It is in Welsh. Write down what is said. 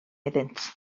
iddynt